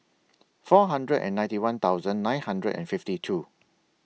four hundred and ninety one thousand nine hundred and fifty two